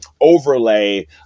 overlay